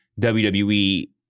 WWE